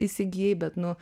įsigijai bet nu